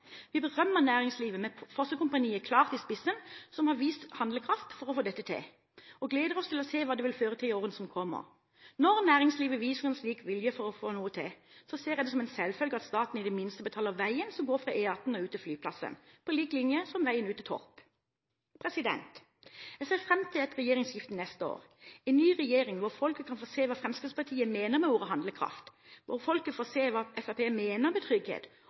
Vi berømmer næringslivet med Fossekompaniet klart i spissen som har vist handlekraft for å få dette til, og gleder oss til å se hva det vil føre til i årene som kommer. Når næringslivet viser en slik vilje til å få noe til, ser jeg det som en selvfølge at staten i det minste betaler veien som går fra E18 og ut til flyplassen, på lik linje med veien ut til Torp. Jeg ser fram til et regjeringsskifte neste år, en ny regjering, så folket kan få se hva Fremskrittspartiet mener med ordet handlekraft, så folket får se hva Fremskrittspartiet mener med trygghet,